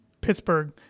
Pittsburgh